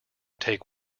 take